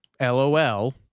LOL